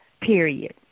period